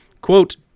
Quote